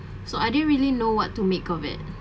so I didn't really know what to make of it